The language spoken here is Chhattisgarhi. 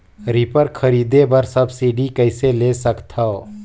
रीपर खरीदे बर सब्सिडी कइसे ले सकथव?